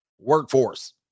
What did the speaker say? workforce